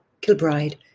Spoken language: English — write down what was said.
Kilbride